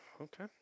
okay